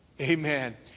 Amen